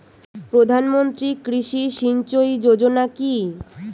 প্রধানমন্ত্রী কৃষি সিঞ্চয়ী যোজনা কি?